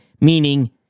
Meaning